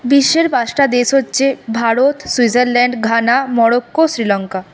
বিশ্বের পাঁচটা দেশ হচ্ছে Bharat Switzerland Ghana Morocco Sri Lanka